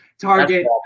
Target